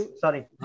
Sorry